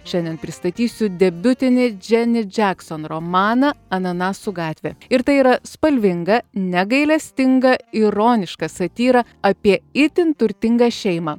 šiandien pristatysiu debiutinį dženi džekson romaną ananasų gatvė ir tai yra spalvinga negailestinga ironiška satyra apie itin turtingą šeimą